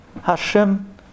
Hashem